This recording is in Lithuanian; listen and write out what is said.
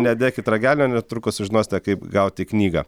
nedėkit ragelio netrukus sužinosite kaip gauti knygą